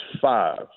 five